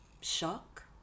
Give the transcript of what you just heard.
Shock